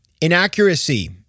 inaccuracy